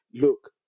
look